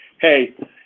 hey